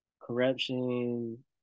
corruption